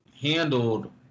handled